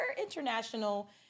international